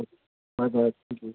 bye bye thank you